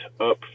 up